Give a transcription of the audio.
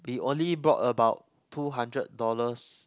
we only brought about two hundred dollars